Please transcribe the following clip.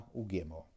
ugemo